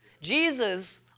Jesus